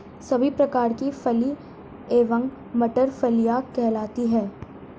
सभी प्रकार की फली एवं मटर फलियां कहलाती हैं